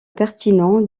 pertinent